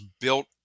built